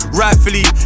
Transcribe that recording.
rightfully